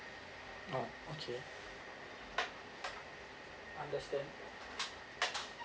oh okay understand